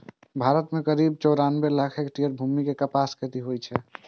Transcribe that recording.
भारत मे करीब चौरानबे लाख हेक्टेयर भूमि मे कपासक खेती होइ छै